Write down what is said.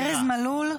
ארז מלול.